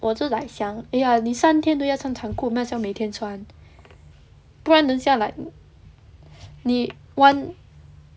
我就 like 想 !aiya! 你三天都要穿长裤 might as well 每天穿不然等一下 like 你 one